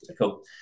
cool